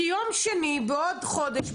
כי יום שני בעוד חודש,